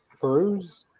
bruise